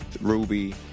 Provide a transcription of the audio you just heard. Ruby